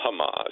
Hamas